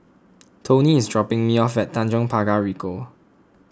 Tony is dropping me off at Tanjong Pagar Ricoh